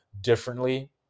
differently